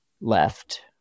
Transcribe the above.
left